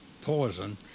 poison